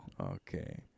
Okay